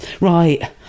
right